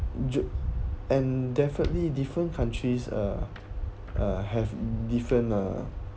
jo~ and definitely different countries uh have different uh